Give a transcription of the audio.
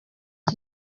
iki